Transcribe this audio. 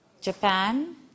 Japan